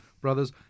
brothers